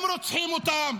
הם רוצחים אותם.